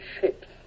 ships